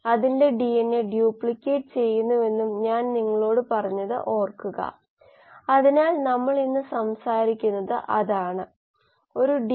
കോശത്തിന്റെ ഉള്ളിലേക്ക് നോക്കുന്നതിന്റെ അത്തരം ഒരു ഉദാഹരണം ഞാൻ നിങ്ങളോട് പറയാം അതിനെ മെറ്റബോളിക് ഫ്ലക്സ് വിശകലനം എന്ന് വിളിക്കുന്നു